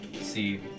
see